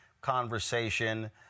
conversation